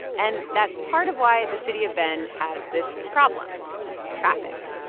and that's part of why the city of bend has this problem traffic.